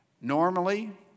Normally